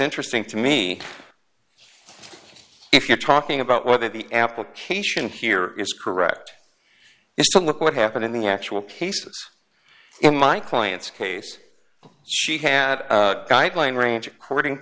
interesting to me if you're talking about whether the application here is correct is to look what happened in the actual cases in my client's case she had guideline range